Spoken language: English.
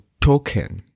token